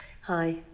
Hi